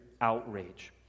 outrage